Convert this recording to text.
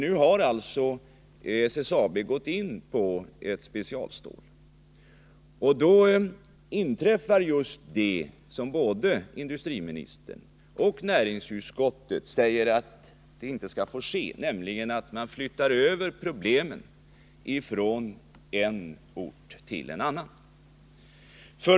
Nu har alltså SSAB gått in för en specialstålstillverkning, och då inträffar just det som både industriministern och näringsutskottet framhöll inte skulle få inträffa, nämligen en överflyttning av problemen från en ort till en annan.